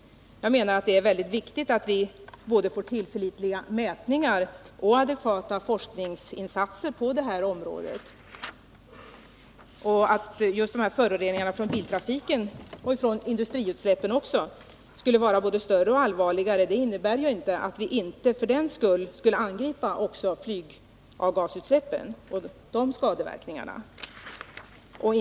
Jag anser det viktigt att vi får både tillförlitliga mätningar och adekvata forskningsinsatser på det här området. Att föroreningar från biltrafiken och från industriutsläppen kan vara både större och allvarligare innebär ju inte att vi för den skull inte skulle behöva angripa också flygavgasutsläppen och skadeverkningarna därav.